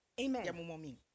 Amen